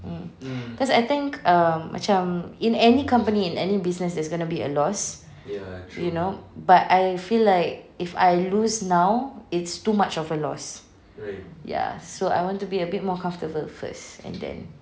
mm cause I think err macam uh in any company in any business there's going to be a loss you know but I feel like if I lose now it's too much of a loss ya so I want to be a bit more comfortable first and then